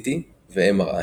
CT ו-MRI.